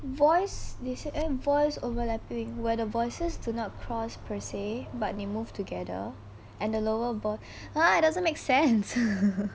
voice they said eh voice overlapping where the voices do not cross per se but they move together and the lower ba~ !huh! it doesn't make sense